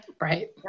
right